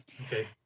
Okay